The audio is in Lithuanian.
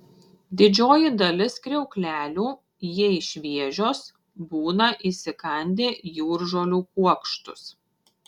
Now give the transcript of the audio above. didžioji dalis kriauklelių jei šviežios būna įsikandę jūržolių kuokštus